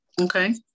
Okay